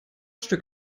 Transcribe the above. stück